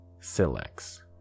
silex